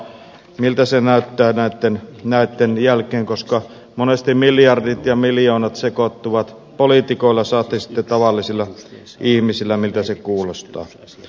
miltä se näyttää näitten jälkeen koska monesti miljardit ja miljoonat sekoittuvat politiikoilla saati sitten tavallisilla ihmisillä miltä se kuulostaa